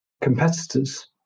competitors